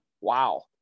wow